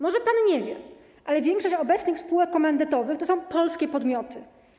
Może pan nie wie, ale większość obecnych spółek komandytowych to są polskie podmioty.